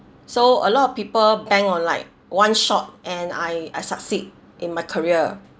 so a lot of people bank on like one shot and I I succeed in my career